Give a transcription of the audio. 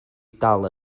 dal